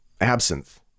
absinthe